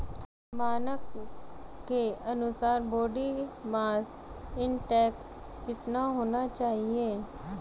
मानक के अनुसार बॉडी मास इंडेक्स कितना होना चाहिए?